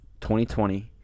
2020